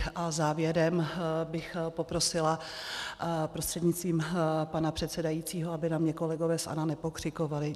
A závěrem bych poprosila prostřednictvím pana předsedajícího, aby na mě kolegové z ANO nepokřikovali.